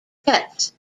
pets